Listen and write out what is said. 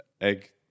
egg